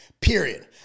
period